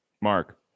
Mark